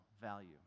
value